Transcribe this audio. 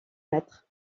mètre